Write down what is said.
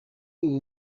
ubu